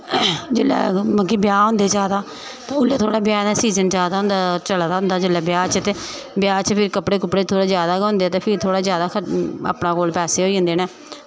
जेल्लै मतलब कि ब्याह् होंदे जैदा ओह् थोह्ड़ा ब्याह् दा सीज़न जा दा होंदा चला दा होंदा जेल्लै ब्याह् च ते ब्याह् च कपड़े कुपड़े थोह्ड़े जैदा गै होंदे न ते फ्ही थोह्ड़ा जैदा अपने कोल पैहे होई जंदे न